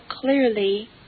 clearly